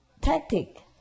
tactic